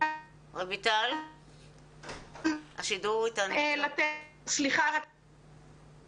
אז בנושא הבגרויות ודרכי